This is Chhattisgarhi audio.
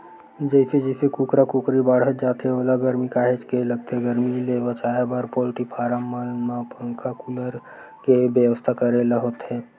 जइसे जइसे कुकरा कुकरी बाड़हत जाथे ओला गरमी काहेच के लगथे गरमी ले बचाए बर पोल्टी फारम मन म पंखा कूलर के बेवस्था करे ल होथे